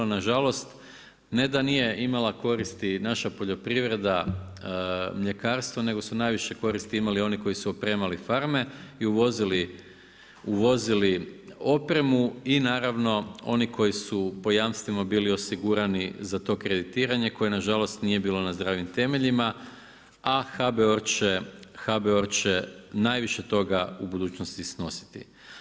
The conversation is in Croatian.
Nažalost, ne da nije imala koristi naša poljoprivreda, mljekarstvo nego su najviše koristi imali oni koji su opremali farme i uvozili opremu i naravno oni koji su po jamstvima bili osigurani za to kreditiranje koje nažalost nije bilo na zdravim temeljima, a HBOR će najviše toga u budućnosti snositi.